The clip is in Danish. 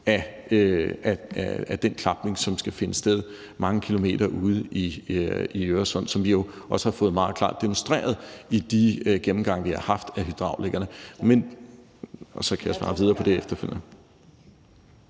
af den klapning, der skal finde sted mange kilometer ude i Øresund, som vi også har fået det meget klart demonstreret i den gennemgang, vi har haft af hydraulikkerne. Og så kan jeg svare videre på det efterfølgende.